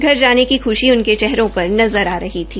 घर जाने की ख्शी उनके चेहरों पर नज़र आ रही थी